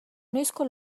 noizko